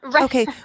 Okay